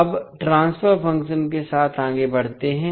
अब transfer function के साथ आगे बढ़ते हैं